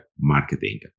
marketing